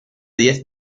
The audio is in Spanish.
diez